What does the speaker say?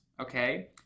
okay